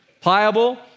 pliable